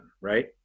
right